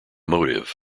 motive